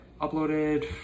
uploaded